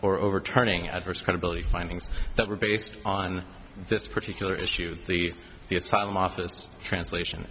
or overturning adverse credibility findings that were based on this particular issue the the asylum office translation